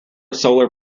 solar